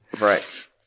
right